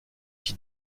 qui